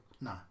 no